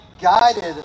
guided